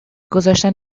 گذاشتن